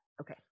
Okay